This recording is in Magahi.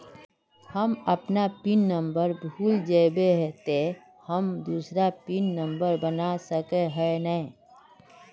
हम अपन पिन नंबर भूल जयबे ते हम दूसरा पिन नंबर बना सके है नय?